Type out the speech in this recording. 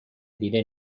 دیده